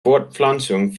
fortpflanzung